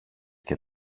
και